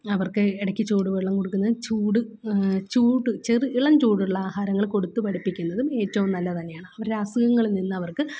അവർക്ക് ഇടയ്ക്ക് ചൂട് വെള്ളം കൊടുക്കുന്നതും ചൂട് ചൂട് ചെറു ഇളം ചൂടുള്ള ആഹാരങ്ങള് കൊടുത്ത് പഠിപ്പിക്കുന്നതും ഏറ്റവും നല്ലത് തന്നെയാണ് അവരുടെ അസുഖങ്ങളിൽ നിന്നവർക്ക്